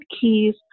keys